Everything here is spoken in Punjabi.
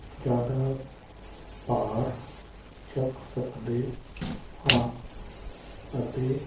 ਜ਼ਿਆਦਾ ਭਾਰ ਚੁੱਕ ਸਕਦੇ ਹਾਂ ਅਤੇ